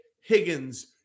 Higgins